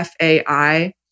FAI